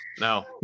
No